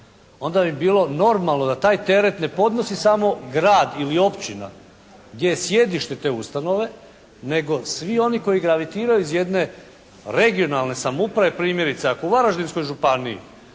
onda bi bilo normalno da taj teret ne podnosi samo grad ili općina gdje je sjedište te ustanove, nego svi oni koji gravitiraju iz jedne regionalne samouprave. Primjerice, ako u Varaždinskoj županiji